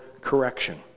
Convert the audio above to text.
correction